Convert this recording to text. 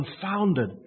confounded